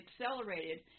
accelerated